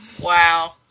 Wow